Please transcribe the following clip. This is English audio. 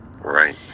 right